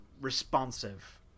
responsive